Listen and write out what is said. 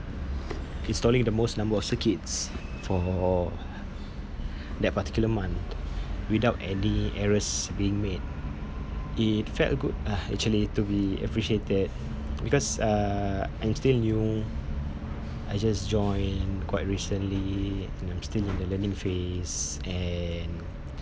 installing the most number of circuits for that particular month without any errors being made it felt good ah actually to be appreciated because uh I'm still new I just joined quite recently I'm still in the learning phase and